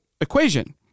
equation